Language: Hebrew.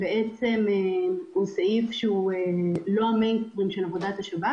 בעצם לא המיינסטרים של עבודת השב"כ,